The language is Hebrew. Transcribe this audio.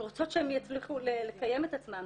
אנחנו רוצות שהן יצליחו לקיים את עצמן.